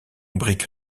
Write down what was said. brique